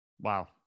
wow